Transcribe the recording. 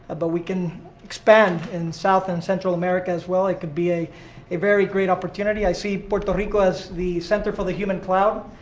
but we can expand in south and central america well. it could be a a very great opportunity. i see puerto rico as the center for the human cloud.